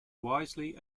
wisely